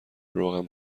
روغن